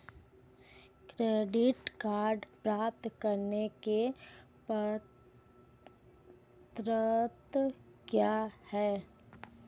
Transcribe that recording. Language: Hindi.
क्रेडिट कार्ड प्राप्त करने की पात्रता क्या है?